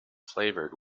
flavored